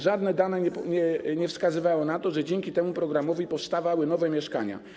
Żadne dane nie wskazywały na to, że dzięki temu programowi powstawały nowe mieszkania.